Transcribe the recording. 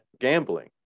gambling